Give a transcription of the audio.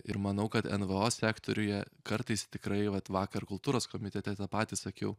ir manau kad nvo sektoriuje kartais tikrai vat vakar kultūros komitete tą patį sakiau